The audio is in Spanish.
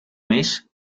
mes